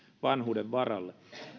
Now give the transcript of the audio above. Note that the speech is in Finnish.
vanhuuden varalle